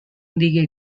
digué